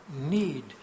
need